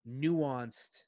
nuanced